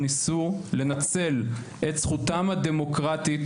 ניסו לנצל את זכותם הדמוקרטית,